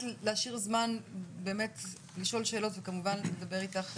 להשאיר זמן לשאול שאלות וכמובן לדבר איתך,